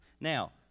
Now